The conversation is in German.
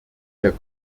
der